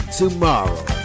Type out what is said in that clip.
tomorrow